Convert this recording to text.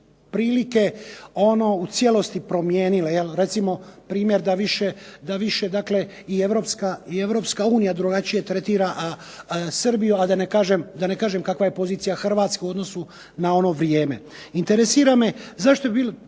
prilike u cijelosti promijenile. Recimo, primjer, da više i Europska unija drugačije tretira Srbiju a da ne kažem kakva je pozicija Hrvatske u odnosu na ono vrijeme. Interesira me zašto je trebalo